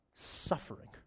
Suffering